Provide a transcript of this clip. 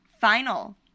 final